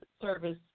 service